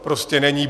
Prostě není.